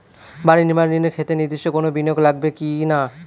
বাড়ি নির্মাণ ঋণের ক্ষেত্রে নির্দিষ্ট কোনো বিনিয়োগ লাগবে কি না?